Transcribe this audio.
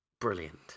brilliant